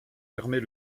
permet